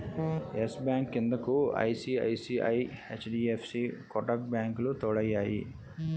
yes bank క్రిందకు ICICI, HDFC Kotak బ్యాంకులు తోడయ్యాయి